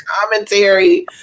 commentary